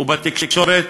ובתקשורת,